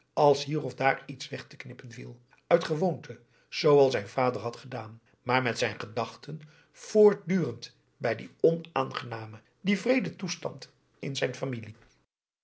als hier of daar iets weg te knippen viel uit gewoonte zooals zijn vader had gedaan maar met zijn gedachten voortdurend bij dien onaangenamen dien wreeden toestand in zijn familie